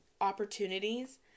opportunities